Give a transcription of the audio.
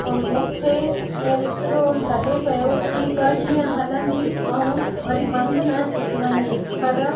मूंखे ए एतिरो लॻे पियो कि ॿ ॾींहं हलंदी ऐं वरी बंदि न थी वञे पर